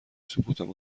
سکوتم